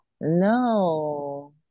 No